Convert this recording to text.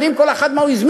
יודעים מה כל אחד הזמין.